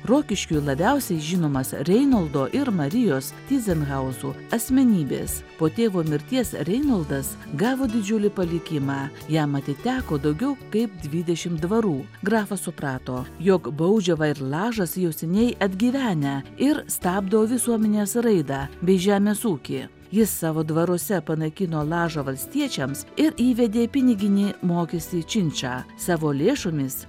rokiškiui labiausiai žinomas reinoldo ir marijos tyzenhauzų asmenybės po tėvo mirties reinuldas gavo didžiulį palikimą jam atiteko daugiau kaip dvidešimt dvarų grafas suprato jog baudžiava ir lažas jau seniai atgyvenę ir stabdo visuomenės raidą bei žemės ūkį jis savo dvaruose panaikino lažą valstiečiams ir įvedė piniginį mokestį činčą savo lėšomis